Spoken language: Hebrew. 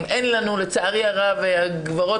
לצערי הרב אין לנו קמפיינים,